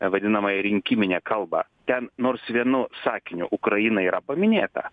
vadinamąją rinkiminę kalbą ten nors vienu sakiniu ukraina yra paminėta